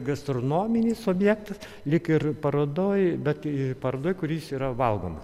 gastronominis objektas lyg ir parodoje bet parodoj kuris yra valgomas